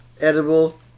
edible